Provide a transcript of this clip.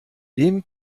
dem